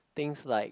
things like